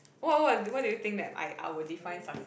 what what what what do you think that I I would define success